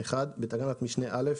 בתקנת משנה (א)